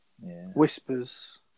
whispers